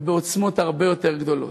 ובעוצמות הרבה יותר גדולות.